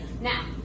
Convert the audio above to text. Now